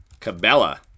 Cabela